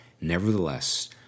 Nevertheless